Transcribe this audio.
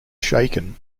shaken